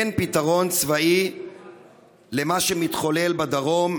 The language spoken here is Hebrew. אין פתרון צבאי למה שמתחולל בדרום,